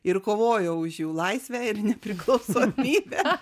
ir kovojau už jų laisvę ir nepriklausomybę